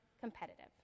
competitive